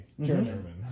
German